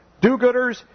Do-gooders